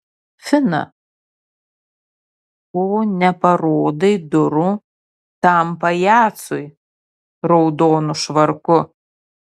fina ko neparodai durų tam pajacui raudonu švarku